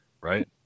Right